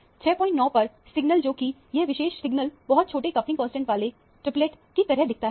69 पर सिग्नल जो कि यह विशेष सिग्नल बहुत छोटे कपलिंग कांस्टेंट वाले ट्रिपलेट की तरह दिखता है